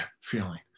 feeling